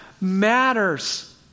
matters